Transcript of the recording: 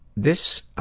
this,